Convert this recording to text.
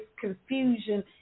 confusion